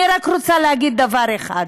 אני רוצה להגיד רק דבר אחד: